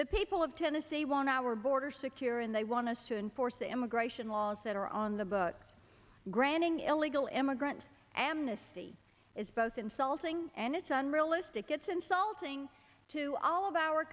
the people of tennessee want our borders secure and they want us to enforce the immigration laws that are on the books granting illegal immigrant and misty is both insulting and it's unrealistic it's insulting to all of our